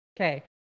Okay